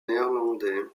néerlandais